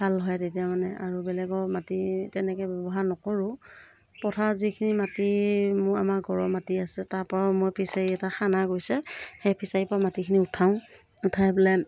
ভাল হয় তেতিয়া মানে আৰু বেলেগৰ মাটি তেনেকৈ ব্য়ৱহাৰ নকৰোঁ পথাৰৰ যিখিনি মাটি মোৰ আমাৰ ঘৰৰ মাটি আছে তাৰ পৰাও মই ফিছাৰী এটা খানা গৈছে সেই ফিছাৰীৰ পৰা মাটিখিনি উঠাওঁ উঠাই পেলাই